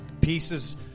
Pieces